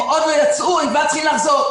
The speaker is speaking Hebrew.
הם עוד לא יצאו, הם כבר צריכים לחזור.